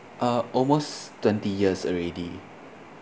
uh almost twenty years already